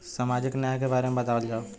सामाजिक न्याय के बारे में बतावल जाव?